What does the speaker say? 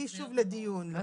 להביא שוב לדיון בפני ועדת שרים.